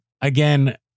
again